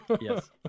yes